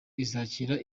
izakira